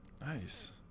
Nice